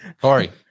Corey